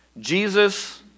Jesus